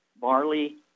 barley